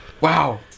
Wow